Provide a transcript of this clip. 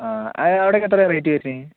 ആ അവിടെയൊക്കെ എത്രയാണ് റേറ്റ് വരുന്നത്